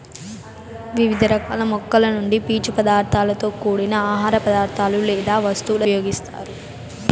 వివిధ రకాల మొక్కల నుండి పీచు పదార్థాలతో కూడిన ఆహార పదార్థాలు లేదా వస్తువుల తయారీకు ఉపయోగిస్తారు